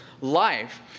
life